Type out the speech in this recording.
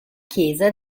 chiesa